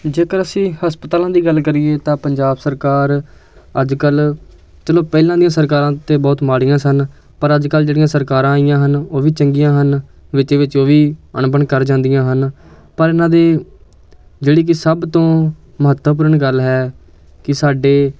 ਜੇਕਰ ਅਸੀਂ ਹਸਪਤਾਲਾਂ ਦੀ ਗੱਲ ਕਰੀਏ ਤਾਂ ਪੰਜਾਬ ਸਰਕਾਰ ਅੱਜ ਕੱਲ੍ਹ ਚਲੋ ਪਹਿਲਾਂ ਦੀਆਂ ਸਰਕਾਰਾਂ ਤਾਂ ਬਹੁਤ ਮਾੜੀਆਂ ਸਨ ਪਰ ਅੱਜ ਕੱਲ੍ਹ ਜਿਹੜੀਆਂ ਸਰਕਾਰਾਂ ਆਈਆਂ ਹਨ ਉਹ ਵੀ ਚੰਗੀਆਂ ਹਨ ਵਿੱਚ ਵਿੱਚ ਉਹ ਵੀ ਅਣਬਣ ਕਰ ਜਾਂਦੀਆਂ ਹਨ ਪਰ ਇਹਨਾਂ ਦੇ ਜਿਹੜੀ ਕਿ ਸਭ ਤੋਂ ਮਹੱਤਵਪੂਰਨ ਗੱਲ ਹੈ ਕਿ ਸਾਡੇ